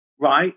Right